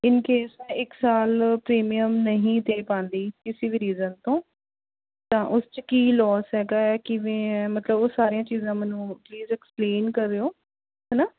ਇਨ case ਇੱਕ ਸਾਲ premium ਨਹੀਂ ਦੇ ਪਾਉਂਦੀ ਕਿਸੇ ਵੀ ਰੀਜ਼ਨ ਤੋਂ ਤਾਂ ਉਸ 'ਚ ਕੀ ਲੋਸ ਹੈਗਾ ਕਿਵੇਂ ਹੈ ਮਤਲਬ ਉਹ ਸਾਰੀਆਂ ਚੀਜ਼ਾਂ ਮੈਨੂੰ ਪਲੀਜ਼ ਐਕਸਪਲੇਨ ਕਰਿਓ ਹੈ ਨਾ